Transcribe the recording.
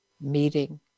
meeting